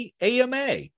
AMA